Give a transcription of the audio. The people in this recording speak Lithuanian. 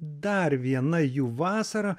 dar viena jų vasara